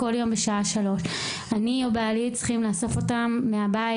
כל יום בשעה 15:00. אני או בעלי צריכים לאסוף אותם מהבית.